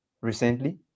recently